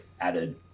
added